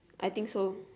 I think so